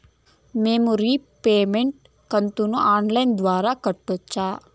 మేము రీపేమెంట్ కంతును online ద్వారా కట్టొచ్చా